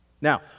Now